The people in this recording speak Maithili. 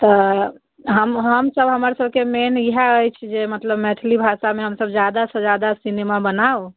तऽ हम हमसब हमर सबके मेन इहए अछि जे मतलब मैथली भाषामे हमसब जादा से जादा सिनेमा बनाउ